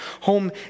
home